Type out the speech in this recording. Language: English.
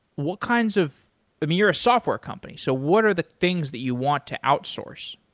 what kinds of um you're a software company. so what are the things that you want to outsource?